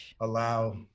allow